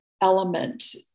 element